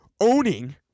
owning